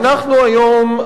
ואנחנו היום,